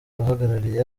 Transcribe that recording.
ahagarariye